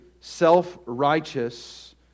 self-righteous